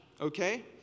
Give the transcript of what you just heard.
okay